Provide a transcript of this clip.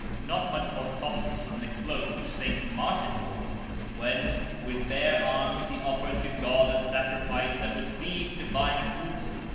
not much more costly than the cloak which saint martin wore when with bare arms he offered to god a sacrifice that received divine approval.